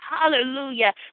Hallelujah